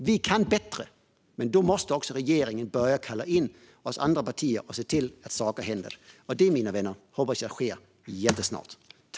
Vi kan bättre, men då måste också regeringen börja kalla in oss andra partier och se till att saker händer. Och det, mina vänner, hoppas jag sker jättesnart.